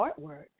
artwork